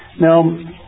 Now